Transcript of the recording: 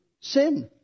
sin